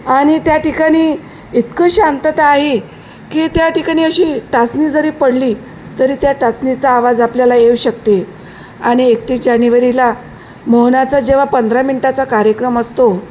आणि त्या ठिकाणी इतकं शांतता आहे की त्या ठिकाणी अशी टाचणी जरी पडली तरी त्या टाचणीचा आवाज आपल्याला येऊ शकते आणि एकतीस जानेवारीला मोहनाचा जेव्हा पंधरा मिनटाचा कार्यक्रम असतो